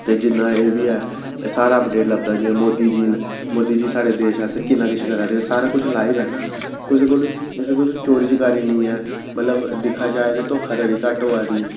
ते जि'न्ना एह् बी ऐ सारा अपडेट लभदा जि'यां मोदी जी न मोदी जी साढ़े देश आस्तै कि'न्ना किश करा दे ओह् सारा कुछ लाइव ऐ ना कुसै कोल कुसै कोल चोरी चकारी निं ऐ मतलब दिक्खा जाए ते धोखाधड़ी घट्ट होआ दी